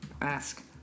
Ask